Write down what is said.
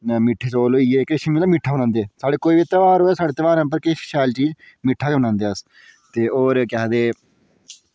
मिट्ठे चौल होई गे मतलब मिट्टा बनांदे साढ़े कोई बी तेहार होऐ तेहारें उप्पर किश शैल चीज मिट्टा गै बनांदे अस ते होर केह् आखदे